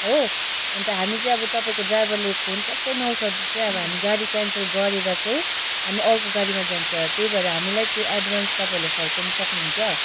हो अन्त हामी चाहिँ अब तपाईँको ड्राइभरले फोन ट्याक्कै नउठाउँदा चाहिँ अब हामी गाडी क्यान्सल गरेर चाहिँ हामी अर्को गाडीमा जान्छ त्यही भएर हामीलाई त्यो एडभान्स तपाईँले फर्काउनु सक्नु हुन्छ